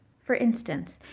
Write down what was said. for instance,